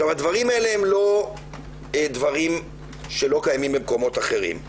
הדברים האלה הם לא דברים שלא קיימים במקומות אחרים.